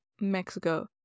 Mexico